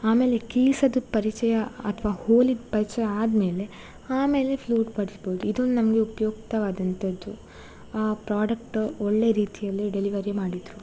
ಆಮೇಲೆ ಕೀಸಿಂದು ಪರಿಚಯ ಅಥವಾ ಹೋಲಿಂದ್ ಪರಿಚಯ ಆದಮೇಲೆ ಆಮೇಲೆ ಫ್ಲೂಟ್ ಇದು ನಮಗೆ ಉಪಯುಕ್ತವಾದಂತದ್ದು ಆ ಪ್ರೋಡಕ್ಟ್ ಒಳ್ಳೆಯ ರೀತಿಯಲ್ಲಿ ಡೆಲಿವರಿ ಮಾಡಿದರು